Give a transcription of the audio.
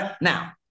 Now